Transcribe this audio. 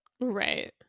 Right